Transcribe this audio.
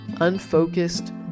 unfocused